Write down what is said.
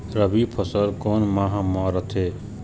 रबी फसल कोन माह म रथे?